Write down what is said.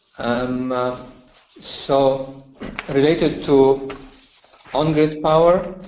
and so related to on-grid power,